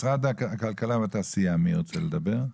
משרד הכלכלה והתעשייה, מי רוצה לדבר?